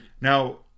Now